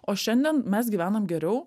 o šiandien mes gyvenam geriau